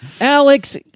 alex